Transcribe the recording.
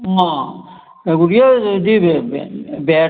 मां एह् बैट बी हैन तुंदे कोल दुकान